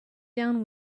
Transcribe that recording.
down